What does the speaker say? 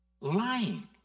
Lying